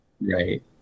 Right